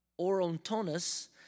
Orontonus